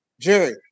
Jerry